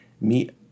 meet